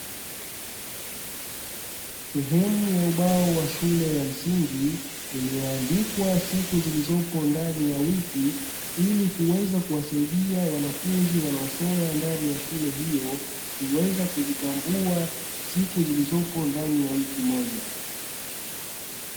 Sehemu ya ubao wa shule ya msingi ulioandikwa siku zilizopo ndani ya wiki ili kuweza kuwasaidia wanafunzi wanaosoma ndani ya shule hiyo kuweza kuzitambua siku zilizopo ndani ya wiki moja.